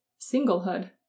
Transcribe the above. singlehood